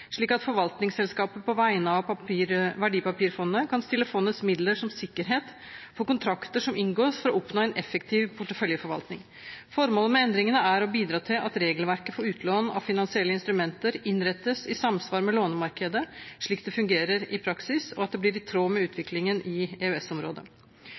slik at forvaltningsselskapet på vegne av verdipapirfondet kan stille fondets midler som sikkerhet for kontrakter som inngås for å oppnå en effektiv porteføljeforvaltning. Formålet med endringene er å bidra til at regelverket for utlån av finansielle instrumenter innrettes i samsvar med lånemarkedet, slik det fungerer i praksis, og at det blir i tråd med utviklingen i